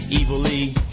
Evilly